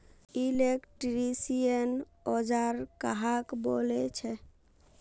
Electrician औजार कहाक बोले छे?